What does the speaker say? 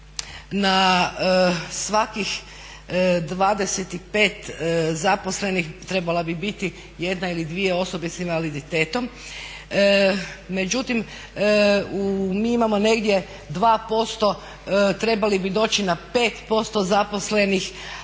na svakih 25 zaposlenih trebala bi biti jedna ili dvije osobe sa invaliditetom. Međutim, mi imamo negdje 2%, trebali bi doći na 5% zaposlenih.